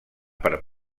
per